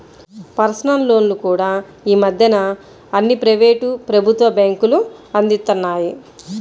personal లోన్లు కూడా యీ మద్దెన అన్ని ప్రైవేటు, ప్రభుత్వ బ్యేంకులూ అందిత్తన్నాయి